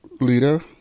leader